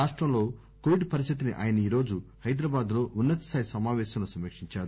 రాష్టంలో కోవిడ్ పరిస్దితిని ఆయనీరోజు హైదరాబాద్ లో ఉన్నత స్లాయి సమాపేశంలో సమీక్షించారు